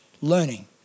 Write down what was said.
learning